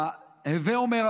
הווי אומר,